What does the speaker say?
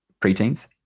preteens